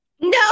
No